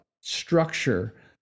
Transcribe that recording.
structure